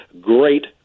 great